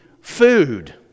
food